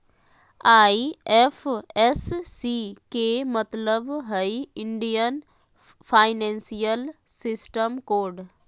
IFSC के मतलब हइ इंडियन फाइनेंशियल सिस्टम कोड